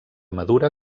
madura